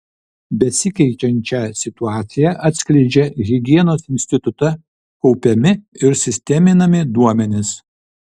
besikeičiančią situaciją atskleidžia higienos institute kaupiami ir sisteminami duomenys